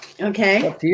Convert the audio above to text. Okay